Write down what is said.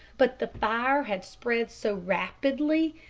but the fire had spread so rapidly,